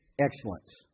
excellence